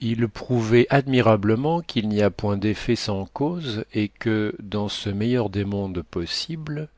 il prouvait admirablement qu'il n'y a point d'effet sans cause et que dans ce meilleur des mondes possibles